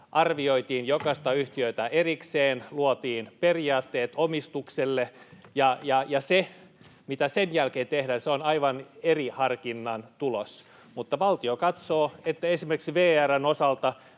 arvioitiin jokaista yhtiötä erikseen, luotiin periaatteet omistukselle, ja se, mitä sen jälkeen tehdään, on aivan eri harkinnan tulos. Valtio katsoo, että esimerkiksi VR:n osalta